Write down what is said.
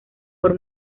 por